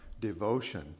devotion